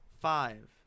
Five